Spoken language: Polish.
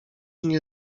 nie